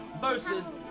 versus